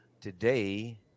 Today